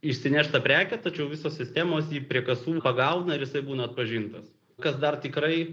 išsineš tą prekę tačiau visos sistemos jį prie kasų pagauna ir jisai būna atpažintas kas dar tikrai